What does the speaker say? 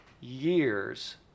years